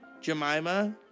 Jemima